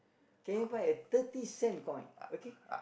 can you find a thirty cent coin okay